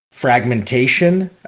fragmentation